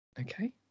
Okay